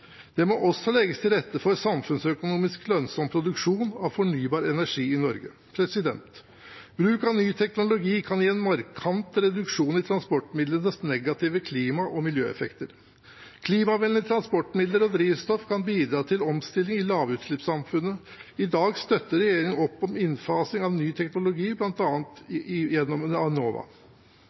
Det må også legges til rette for samfunnsøkonomisk lønnsom produksjon av fornybar energi i Norge. Bruk av ny teknologi kan gi en markant reduksjon i transportmidlenes negative klima- og miljøeffekter. Klimavennlige transportmidler og drivstoff kan bidra til omstilling til lavutslippssamfunnet. I dag støtter regjeringen opp om innfasing av ny teknologi, bl.a. gjennom Enova.